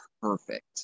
perfect